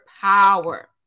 power